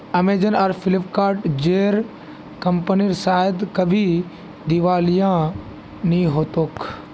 Amazon आर फ्लिपकार्ट जेर कंपनीर शायद कभी दिवालिया नि हो तोक